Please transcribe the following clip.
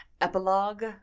epilogue